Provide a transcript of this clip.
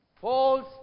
False